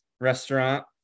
restaurant